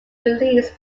release